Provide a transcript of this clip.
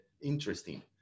Interesting